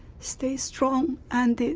stay strong and